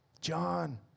John